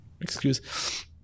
excuse